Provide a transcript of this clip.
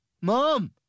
Mom